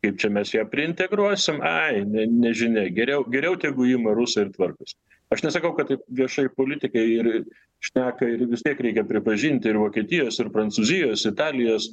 kaip čia mes ją prieintegruosim ai ne nežinia geriau geriau tegu ima rusai ir tvarkosi aš nesakau kad taip viešai politikai ir ir šneka jeigu vis tiek reikia pripažinti ir vokietijos ir prancūzijos italijos